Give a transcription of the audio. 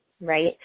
right